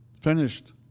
Finished